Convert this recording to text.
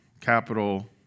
capital